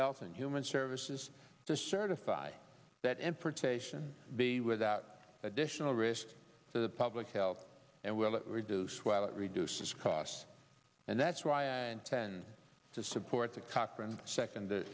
health and human services to certify that and for taishan be without additional risk to the public health and will reduce while it reduces costs and that's why i intend to support the cochran second